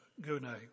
Gune